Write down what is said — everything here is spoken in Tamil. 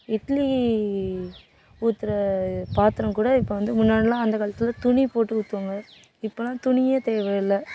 இட்லி ஊற்றுற பாத்திரம் கூட இப்போ வந்து முன்னாடியெலாம் அந்த காலத்தில் துணி போட்டு ஊற்றுவாங்க இப்போயெலாம் துணியே தேவையில்லை